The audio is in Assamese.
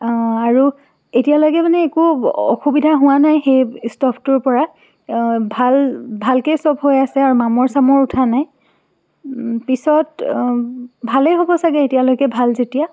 অঁ আৰু এতিয়ালৈকে মানে একো অসুবিধা হোৱা নাই সেই ষ্টোভটোৰ পৰা ভাল ভালকেই চব হৈ আছে আৰু মামৰ চামৰ উঠা নাই পিছত ভালেই হ'ব চাগে এতিয়ালৈকে ভাল যেতিয়া